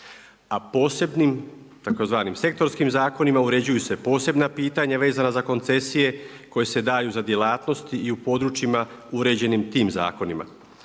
A posebnim tzv. sektorskim zakonima, uređuju se posebna pitanja vezana za koncesije koja se daju za djelatnosti i područjima uređenim tima zakonima,